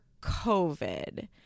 COVID